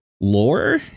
lore